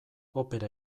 opera